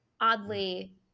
oddly